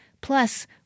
Plus